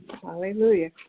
Hallelujah